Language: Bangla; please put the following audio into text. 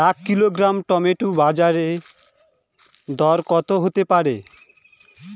এক কিলোগ্রাম টমেটো বাজের দরকত হতে পারে?